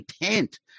intent